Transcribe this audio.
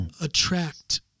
Attract